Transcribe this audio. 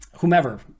whomever